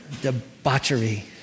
Debauchery